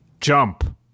Jump